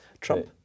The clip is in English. Trump